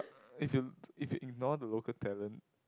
if you if you ignore the local talent